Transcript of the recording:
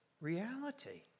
reality